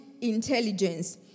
intelligence